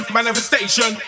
manifestation